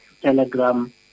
Telegram